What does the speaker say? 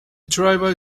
tribal